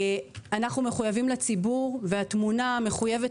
אנחנו מחויבים לציבור והתמונה מחויבת